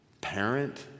parent